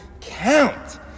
count